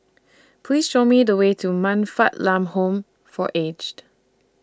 Please Show Me The Way to Man Fatt Lam Home For Aged